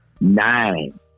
Nine